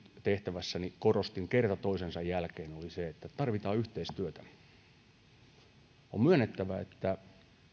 tehtävässäni korostin kerta toisensa jälkeen oli se että tarvitaan yhteistyötä on myönnettävä että